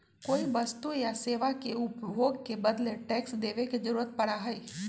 कोई वस्तु या सेवा के उपभोग के बदले टैक्स देवे के जरुरत पड़ा हई